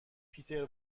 پیتر